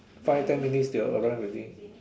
five ten minutes they'll arrive already